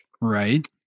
right